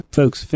folks